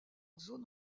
zone